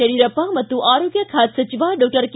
ಯಡಿಯೂರಪ್ಪ ಮತ್ತು ಆರೋಗ್ಯ ಖಾತೆ ಸಚಿವ ಡಾಕ್ಟರ್ ಕೆ